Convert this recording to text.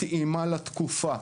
מתאימה לתקופה